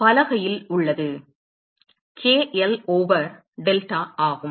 அது பலகையில் உள்ளது k l ஓவர் டெல்டா ஆகும்